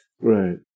Right